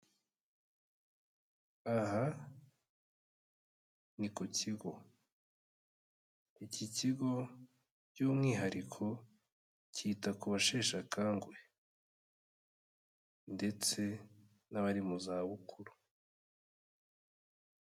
Aha ni ku kigo. Iki kigo by'umwihariko cyita ku basheshe akanguhe. Ndetse n'abari mu zabukuru.